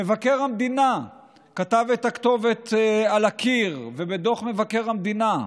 מבקר המדינה כתב את הכתובת על הקיר בדוח מבקר המדינה,